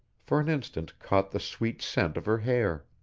for an instant caught the sweet scent of her hair.